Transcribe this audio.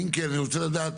אם כן, אני רוצה לדעת